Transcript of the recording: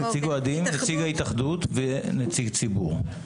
נציג ההתאחדות ונציג ציבור.